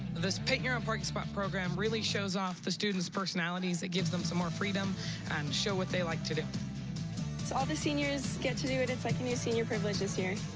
this paint your own parking spot program really shows off the students' personalities. it gives them some more freedom to um show what they like to do. so all the seniors get to do it. it's like a new senior privilege this year.